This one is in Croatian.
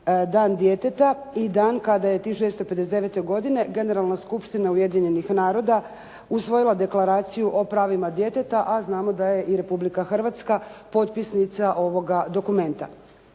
dan djeteta i dan kada je tih 1965. godine generalna skupština Ujedinjenih naroda usvojila Deklaraciju o pravima djeteta, a znamo da je i Republika Hrvatska potpisnica ovoga dokumenta.